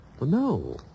No